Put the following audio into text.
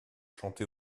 chanté